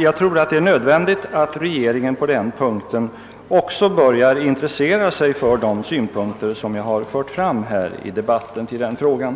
Jag tror att det är nödvändigt att regeringen på den punkten börjar intressera sig för de synpunkter på den frågan som jag sökt föra fram i debatten. Herr Erlander